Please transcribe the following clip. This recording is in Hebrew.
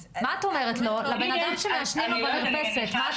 מה את אומרת לאדם שמעשנים לו במרפסת?